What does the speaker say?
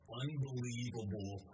unbelievable